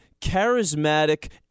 charismatic